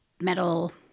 metal